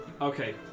Okay